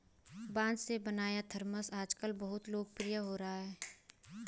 बाँस से बना थरमस आजकल बहुत लोकप्रिय हो रहा है